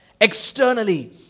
Externally